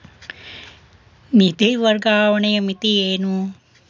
ನಿಧಿ ವರ್ಗಾವಣೆಯ ಮಿತಿ ಏನು?